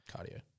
cardio